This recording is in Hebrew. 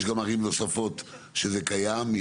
יש גם ערים נוספות שזה קיים.